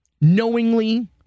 knowingly